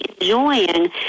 enjoying